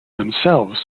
themselves